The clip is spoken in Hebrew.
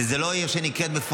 והיא עיר שנקראת לא מפונה,